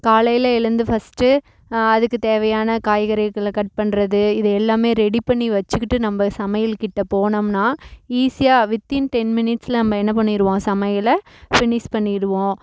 காலையில் எழுந்து ஃபஸ்ட்டு அதுக்கு தேவையான காய்கறிகளை கட் பண்ணுறது இது எல்லாமே ரெடி பண்ணி வெச்சுக்கிட்டு நம்ம சமையல் கிட்டே போனோம்னா ஈஸியாக வித் இன் டென் மினிட்ஸில் நம்ம என்ன பண்ணிடுவோம் சமையலை ஃபினிஷ் பண்ணிடுவோம்